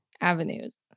avenues